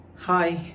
Hi